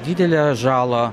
didelę žalą